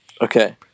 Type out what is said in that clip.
Okay